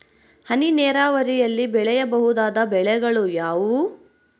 ಹನಿ ನೇರಾವರಿಯಲ್ಲಿ ಬೆಳೆಯಬಹುದಾದ ಬೆಳೆಗಳು ಯಾವುವು?